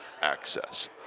access